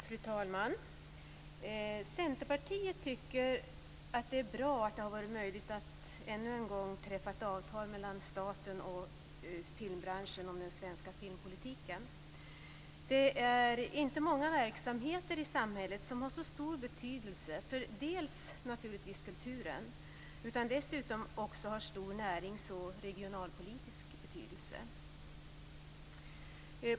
Fru talman! Centerpartiet tycker att det är bra att det har varit möjligt att än en gång träffa ett avtal mellan staten och filmbranschen om den svenska filmpolitiken. Det är inte många verksamheter i samhället som har så stor betydelse för kulturen - naturligtvis - och som dessutom har stor närings och regionalpolitisk betydelse.